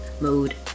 Mode